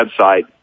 website